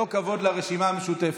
לא כבוד לרשימה המשותפת.